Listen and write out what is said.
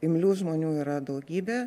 imlių žmonių yra daugybė